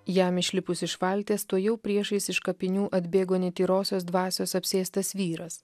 jam išlipus iš valties tuojau priešais iš kapinių atbėgo netyrosios dvasios apsėstas vyras